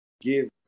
give